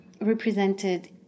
represented